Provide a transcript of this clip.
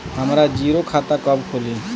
हमरा जीरो खाता कब खुली?